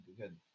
good